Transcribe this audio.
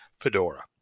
Fedora